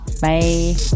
Bye